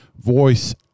voice